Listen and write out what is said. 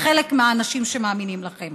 לחלק מהאנשים שמאמינים לכם.